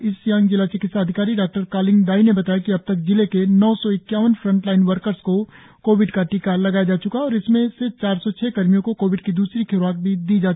east Siang जिला चिकित्सा अधिकारी डॉ कालिंग दाई ने बताया कि अब तक जिले के नौ सौ इक्यावन फ्रंटलाइन वर्कर्स को कोविड टीका लगाया जा चुका है और इसमें से चार सौं छह कर्मियों को कोविड की दूसरी ख्राक भी दी जा च्की है